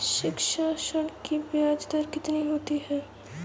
शिक्षा ऋण की ब्याज दर कितनी होती है?